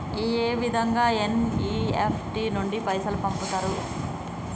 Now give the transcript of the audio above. ఏ విధంగా ఎన్.ఇ.ఎఫ్.టి నుండి పైసలు పంపుతరు?